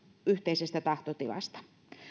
yhteisestä tahtotilasta